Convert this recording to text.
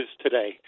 today